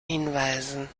hinweisen